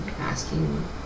asking